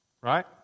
Right